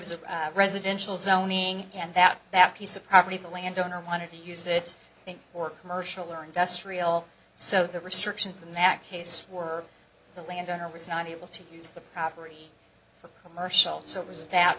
is a residential zoning and that that piece of property the land owner wanted to use it for commercial or industrial so the restrictions in that case were the landowner was not able to use the property for commercial so it was that